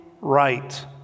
right